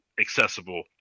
accessible